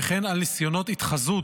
וכן על ניסיונות התחזות